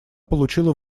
получила